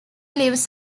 lives